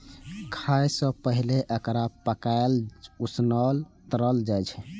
खाय सं पहिने एकरा पकाएल, उसनल, तरल जाइ छै